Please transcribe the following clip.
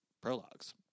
prologues